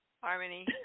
Harmony